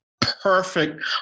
perfect